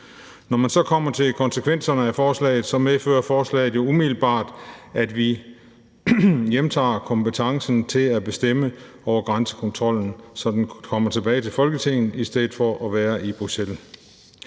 Når man så kommer til konsekvenserne af forslaget, medfører det jo umiddelbart, at vi hjemtager kompetencen til at bestemme over grænsekontrollen, så den kommer tilbage til Folketinget i stedet for at være i Bruxelles.